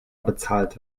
bezahlt